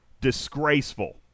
Disgraceful